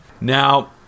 Now